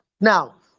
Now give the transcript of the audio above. Now